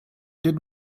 did